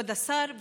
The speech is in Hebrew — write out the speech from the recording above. כבוד השר,